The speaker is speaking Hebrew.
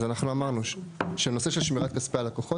אז אנחנו אמרנו שהנושא של שמירת כספי הלקוחות,